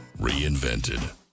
Reinvented